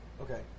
Okay